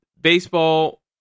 Baseball